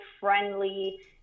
friendly